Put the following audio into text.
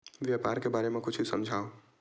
व्यापार के बारे म कुछु समझाव?